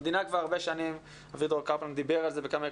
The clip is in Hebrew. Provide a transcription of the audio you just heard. המדינה כבר הרבה שנים ואביגדור קפלן דיבר על זה בכמה הקשרים,